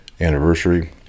anniversary